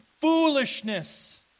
Foolishness